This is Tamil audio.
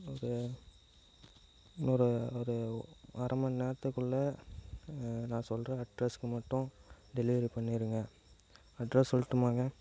ஒரு இன்னொரு ஒரு அரை மணிநேரத்துக்குள்ள நான் சொல்ற அட்ரஸ்க்கு மட்டும் டெலிவெரி பண்ணிடுங்க அட்ரஸ் சொல்லட்டுமாங்க